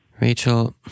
Rachel